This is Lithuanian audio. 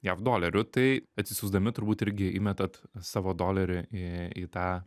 jav dolerių tai atsisiųsdami turbūt irgi įmetat savo dolerį į į tą